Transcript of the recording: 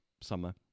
summer